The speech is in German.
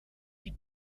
wie